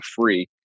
free